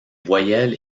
voyelles